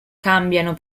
cambiano